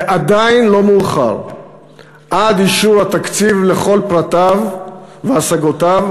זה עדיין לא מאוחר עד אישור התקציב לכל פרטיו והשגותיו.